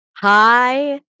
Hi